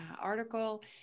article